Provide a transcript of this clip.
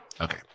Okay